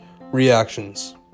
Reactions